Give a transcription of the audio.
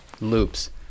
loops